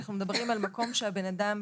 אנחנו מדברים על מקום שהאדם,